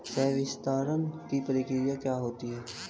संवितरण की प्रक्रिया क्या होती है?